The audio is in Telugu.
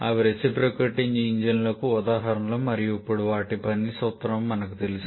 అవి రెసిప్రొకేటింగ్ ఇంజిన్లకు ఉదాహరణలు మరియు ఇప్పుడు వాటి పని సూత్రం మాకు తెలుసు